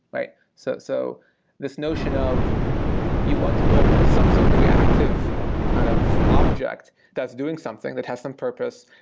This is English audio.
but so so this notion of of you want to build some sort of reactive kind of object that's doing something, that has some purpose,